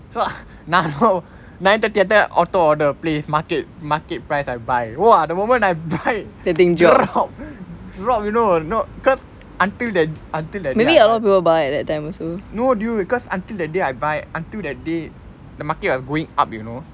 நா:naa oh நா வந்து கேட்டேன்:naa vanthu ketten market order please market market price I buy !wah! the moment I buy the drop drop you know cause until that until that no dude cause until the day I buy until that day the market was going up you know